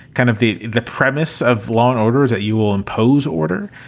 kind of the the premise of law and order is that you will impose order.